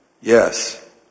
Yes